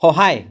সহায়